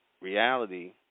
reality